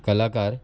कलाकार